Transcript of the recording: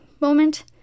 moment